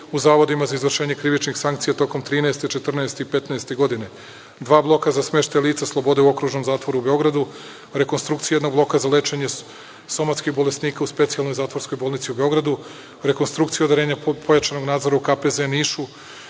u Zavodima za izvršenje krivičnih sankcija tokom 2013, 2014. i 2015. godine. Dva bloka za smeštaj lica slobode u Okružnom zatvoru u Beogradu, rekonstrukcija jednog bloka za lečenje somatskih bolesnika u specijalnoj zatvorskoj bolnici u Beogradu, rekonstrukcija odeljenja pojačanog nadzora u KPZ Nišu,